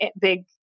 big